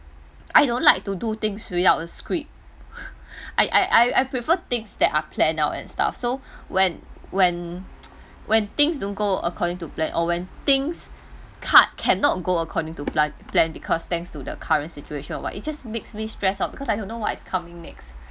I don't like to do things without a script I I I I prefer things that are plan out and stuff so when when when things don't go according to plan or when things cut cannot got according to plant plan because thanks to the current situation or what it just makes me stress out because I don't know what is coming next